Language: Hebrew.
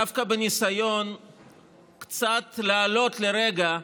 דווקא בניסיון לעלות קצת, לרגע,